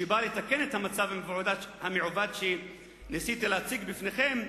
שנועדה לתקן את המצב המעוות שניסיתי להציג לפניכם,